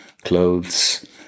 clothes